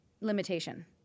limitation